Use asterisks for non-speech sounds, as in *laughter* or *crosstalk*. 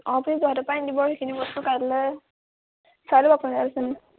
অঁ আপুনি যোৰহাটৰপৰাই আনি দিব সেইখিনি বস্তু কাইলৈ চাই ল'ব আপুনি আৰু *unintelligible*